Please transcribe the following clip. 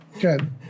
good